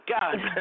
god